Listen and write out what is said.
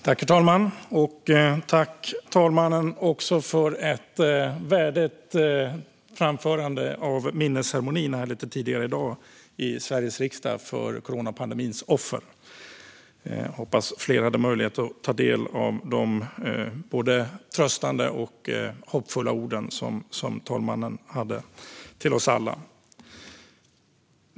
Herr talman! Jag tackar talmannen för ett värdigt framförande av minnesceremonin tidigare i dag i Sveriges riksdag för coronapandemins offer. Jag hoppas att flera hade möjlighet att ta del av de både tröstande och hoppfulla ord som talmannen hade till oss alla.